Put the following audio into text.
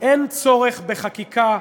אין צורך בחקיקה,